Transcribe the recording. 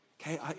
okay